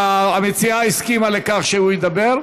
המציעה הסכימה לכך שהוא ידבר.